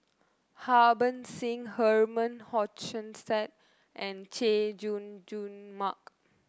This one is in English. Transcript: Harbans Singh Herman Hochstadt and Chay Jung Jun Mark